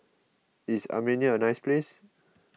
is Armenia a nice place